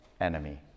enemy